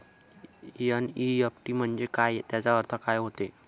NEFT म्हंजे काय, त्याचा अर्थ काय होते?